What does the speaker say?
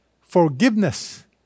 forgiveness